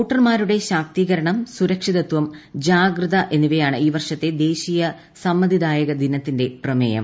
വോട്ടർമാരുടെ ശാക്തീകരണം സുരക്ഷിതത്വം ജാഗ്രത എന്നിവയാണ് ഈ വർഷത്തെ ദേശീയ സമ്മതിദായക ദിനത്തിന്റെ പ്രമേയം